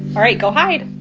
all right, go hide